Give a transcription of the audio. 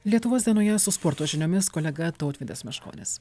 lietuvos dienoje su sporto žiniomis kolega tautvydas meškonis